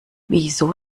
wieso